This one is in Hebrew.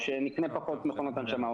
או שנקנה פחות מכונות הנשמה,